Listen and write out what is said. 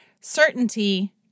certainty